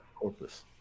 corpus